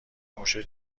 موشه